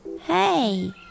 Hey